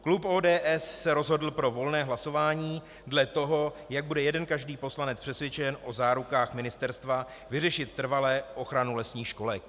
Klub ODS se rozhodl pro volné hlasování dle toho, jak bude jeden každý poslanec přesvědčen o zárukách ministerstva vyřešit trvale ochranu lesních školek.